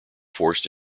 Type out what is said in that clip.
forced